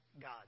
God